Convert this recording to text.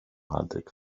aldrig